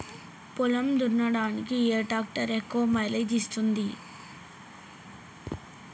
పొలం దున్నడానికి ఏ ట్రాక్టర్ ఎక్కువ మైలేజ్ ఇస్తుంది?